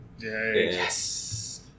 Yes